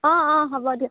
অঁ অঁ হ'ব দিয়ক